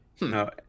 No